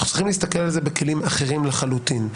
אנחנו צריכים להסתכל על זה בכלים אחרים לחלוטין.